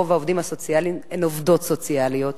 רוב העובדים הסוציאליים הם עובדות סוציאליות.